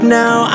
now